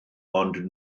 ond